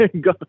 Go